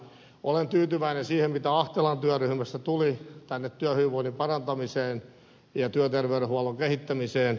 olen tyytyväinen siihen mitä ahtelan työryhmästä tuli tänne työhyvinvoinnin parantamiseen ja työterveydenhuollon kehittämiseen